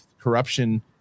corruption